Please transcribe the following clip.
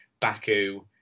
Baku